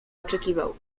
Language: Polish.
oczekiwał